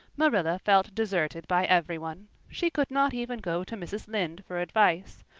marilla felt deserted by everyone. she could not even go to mrs. lynde for advice.